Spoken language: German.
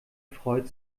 freut